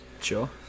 Sure